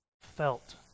felt